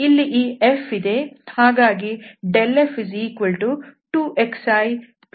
ಇಲ್ಲಿ ಈ f ಇದೆ